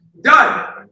Done